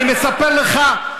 אני מספר לך,